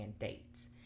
dates